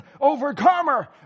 overcomer